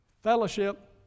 fellowship